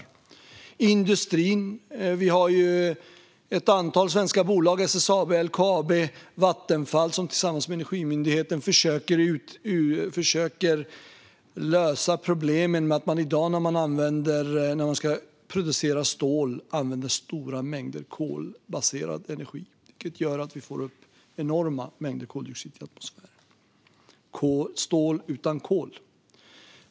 När det gäller industrin har vi ett antal svenska bolag - SSAB, LKAB, Vattenfall - som tillsammans med Energimyndigheten försöker att lösa problemen med att man i dag när man producerar stål använder stora mängder kolbaserad energi, vilket gör att vi får enorma mängder koldioxid i atmosfären. Det handlar om stål utan kol.